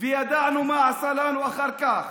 וידוע מה עשה לנו אחר כך,